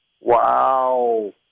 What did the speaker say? Wow